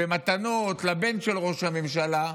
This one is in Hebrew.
במתנות לבן של ראש הממשלה,